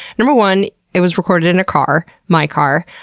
number one it was recorded in a car. my car.